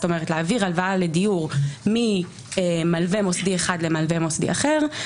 להעביר הלוואה לדיור ממלווה מוסדי אחד למלווה מוסדי אחר,